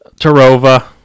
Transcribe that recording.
Tarova